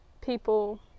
people